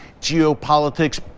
geopolitics